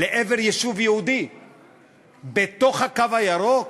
לעבר יישוב יהודי בתוך הקו הירוק,